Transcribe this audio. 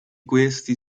questi